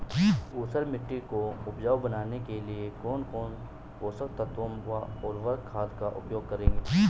ऊसर मिट्टी को उपजाऊ बनाने के लिए कौन कौन पोषक तत्वों व उर्वरक खाद का उपयोग करेंगे?